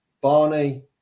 Barney